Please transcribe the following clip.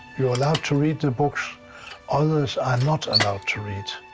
you are allowed to read the books others are not allowed to read.